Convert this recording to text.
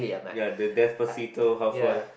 ya the despacito housewife